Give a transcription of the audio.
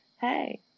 Hey